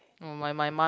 no my my mum